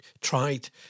tried